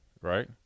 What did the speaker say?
right